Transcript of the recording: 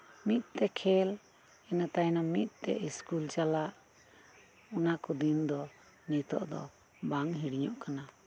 ᱢᱤᱫᱛᱮ ᱠᱷᱮᱞ ᱤᱱᱟᱹ ᱛᱟᱭᱱᱚᱢ ᱢᱤᱫᱛᱮ ᱤᱥᱠᱩᱞ ᱪᱟᱞᱟᱜ ᱚᱱᱟᱠᱩ ᱫᱤᱱ ᱫᱚ ᱧᱤᱛᱚᱜ ᱫᱚ ᱵᱟᱝ ᱦᱤᱲᱤᱧᱚᱜ ᱠᱟᱱᱟ